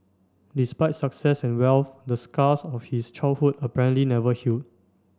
despite success and wealth the scars of his childhood apparently never healed